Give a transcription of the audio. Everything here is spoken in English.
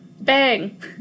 bang